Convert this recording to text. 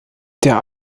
der